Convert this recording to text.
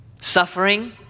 suffering